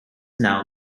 now